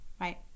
right